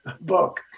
book